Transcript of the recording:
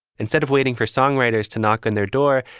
instead of waiting for songwriters to knock on their door,